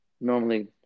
normally